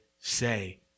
say